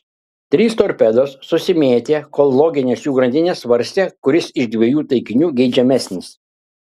trys torpedos susimėtė kol loginės jų grandinės svarstė kuris iš dviejų taikinių geidžiamesnis